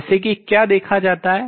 जैसे कि क्या देखा जाता है